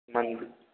मंदिर